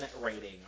rating